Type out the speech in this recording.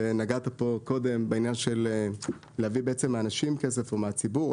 שנגעת פה קודם בעניין של להביא בעצם מאנשים כסף או מהציבור,